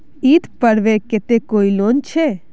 ईद पर्वेर केते कोई लोन छे?